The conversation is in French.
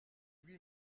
lui